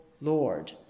Lord